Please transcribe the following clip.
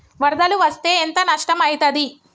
వరదలు వస్తే ఎంత నష్టం ఐతది?